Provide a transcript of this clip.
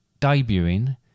debuting